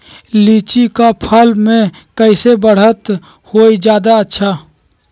लिचि क फल म कईसे बढ़त होई जादे अच्छा?